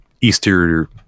Easter